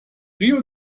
rio